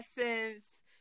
Essence